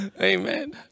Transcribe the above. Amen